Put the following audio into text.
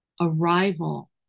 arrival